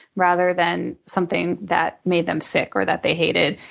rather than something that made them sick or that they hated.